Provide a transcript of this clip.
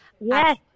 Yes